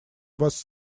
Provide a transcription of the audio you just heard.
was